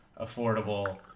affordable